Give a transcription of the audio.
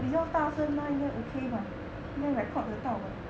比较大声呢应该 okay mah 应该 record 的到 mah